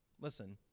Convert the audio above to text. listen